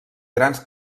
grans